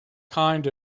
kind